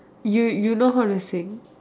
you you know how to sing